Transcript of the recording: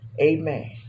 Amen